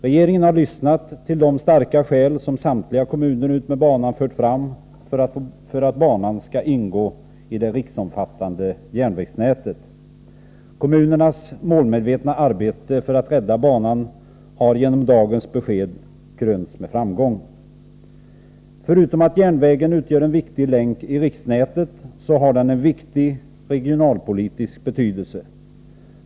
Regeringen har lyssnat till de starka skäl som samtliga kommuner utmed banan har fört fram för att banan skall ingå i det riksomfattande järnvägsnätet. Kommunernas målmedvetna arbete för att rädda banan har genom dagens besked krönts med framgång. Förutom att järnvägslinjen utgör en viktig länk i riksnätet har den stor regionalpolitisk betydelse.